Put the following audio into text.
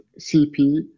CP